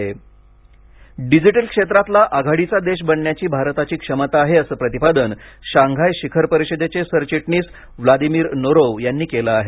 S C O digital क्षेत्रातला आघाडीचा देश बनण्याची भारताची क्षमता आहे असं प्रतिपादन शांघाय शिखर परिषदेचे सरचिटणीस व्लादिमीर नोरव यांनी केलं आहे